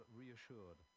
reassured